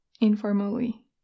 informally